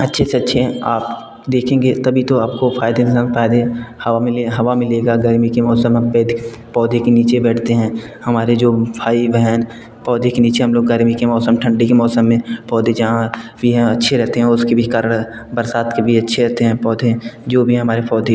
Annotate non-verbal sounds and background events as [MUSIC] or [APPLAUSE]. अच्छे से अच्छे आप देखेंगे तभी तो आपको फ़ायदे [UNINTELLIGIBLE] फ़ायदे हवा मिल हवा मिलेगा गर्मी के मौसम में पेड़ पौधे के नीचे बैठते हैं हमारे जो भाई बहन पौधे के नीचे हम लोग गर्मी के मौसम ठंडी के मौसम में पौधे जहाँ भी हैं अच्छे रहते हैं ओस के भी कारण बरसात कभी अच्छी होती है पौधे जो भी है हमारे पौधे